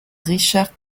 richard